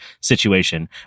situation